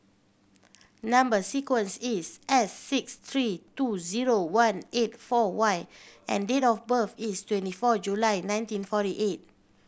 number sequence is S six three two zero one eight four Y and date of birth is twenty four July nineteen forty eight